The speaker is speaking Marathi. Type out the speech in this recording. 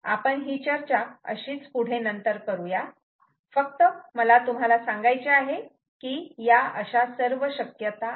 आपण ही चर्चा अशीच पुढे नंतर करूया फक्त मला तुम्हाला सांगायचे आहे की या अशा सर्व शक्यता आहेत